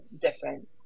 different